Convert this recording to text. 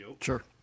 Sure